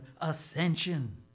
ascension